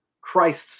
Christ's